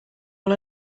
all